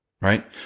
right